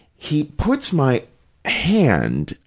he puts my hand,